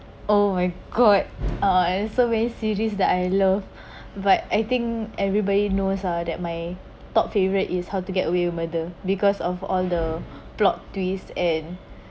oh my god uh and survey series that I love but I think everybody knows ah that my top favorite is how to get away with murder because of all the plot twist and